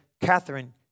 Catherine